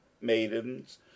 maidens